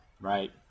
Right